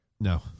No